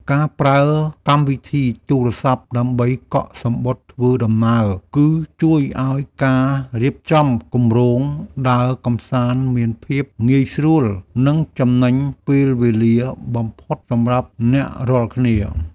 ការប្រើកម្មវិធីទូរសព្ទដើម្បីកក់សំបុត្រធ្វើដំណើរ គឺជួយឱ្យការរៀបចំគម្រោងដើរកម្សាន្តមានភាពងាយស្រួល និងចំណេញពេលវេលាបំផុតសម្រាប់អ្នករាល់គ្នា។